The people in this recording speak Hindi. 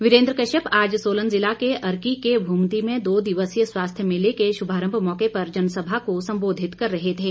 वीरेन्द्र कश्यप आज सोलन जिला के अर्की के भूमती में दो दिवसीय स्वास्थ्य मेले के शुभारंभ मौके पर जनसभा को संबोधित कर रहे थे